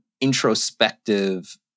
introspective